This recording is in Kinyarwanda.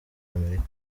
amerika